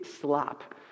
slop